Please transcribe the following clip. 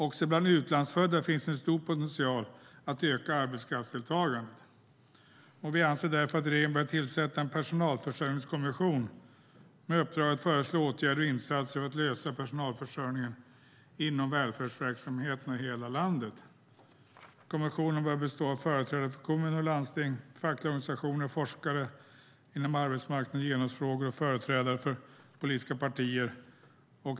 Också bland utlandsfödda finns en stor potential att öka arbetskraftsdeltagandet. Vi anser därför att regeringen bör tillsätta en personalförsörjningskommission med uppdraget att föreslå åtgärder och insatser för att lösa personalförsörjningen inom välfärdsverksamheterna i hela landet. Kommissionen bör bestå av företrädare för kommuner och landsting, de fackliga organisationerna, forskare inom arbetsmarknads och genusfrågor och företrädare för politiska partier.